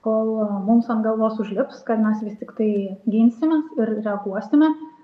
kol mums ant galvos užlips kad mes vis tiktai ginsimės ir reaguosime